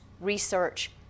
research